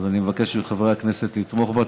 אז אני מבקש מחברי הכנסת לתמוך בה.